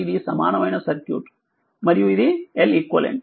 కాబట్టి ఇది సమానమైన సర్క్యూట్ మరియు ఇది Leq